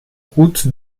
route